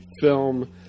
film